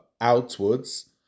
outwards